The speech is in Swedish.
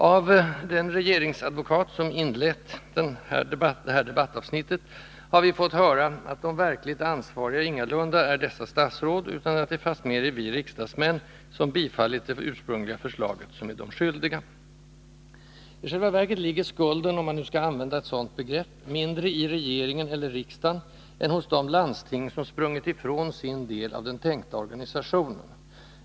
Av den regeringsadvokat som inlett detta debattavsnitt har vi fått höra att de verkligt ansvariga ingalunda är dessa statsråd, utan att det fastmer är vi riksdagsmän, som bifallit det ursprungliga förslaget, som är de skyldiga. I själva verket ligger ”skulden” — om man nu skall använda ett sådant begrepp — mindre hos regeringen eller riksdagen än hos de landsting som sprungit ifrån sin del av den tänkta organisationen.